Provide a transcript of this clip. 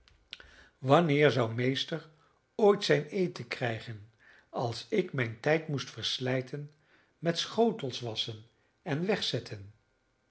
wanneer zou meester ooit zijn eten krijgen als ik mijn tijd moest verslijten met schotels wasschen en wegzetten